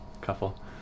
Couple